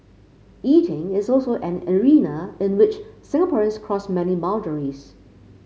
eating is also an arena in which Singaporeans cross many boundaries